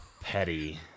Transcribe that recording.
petty